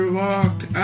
walked